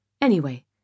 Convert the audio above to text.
Anyway